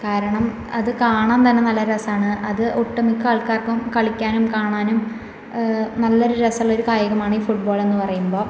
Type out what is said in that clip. കാരണം അത് കാണാൻ തന്നെ നല്ല രസമാണ് അത് ഒട്ട് മിക്ക ആൾക്കാർക്കും കളിക്കാനും കാണാനും നല്ലൊരു രസമുള്ളൊരു കായികമാണ് ഈ ഫുട്ബോളെന്ന് പറയുമ്പോൾ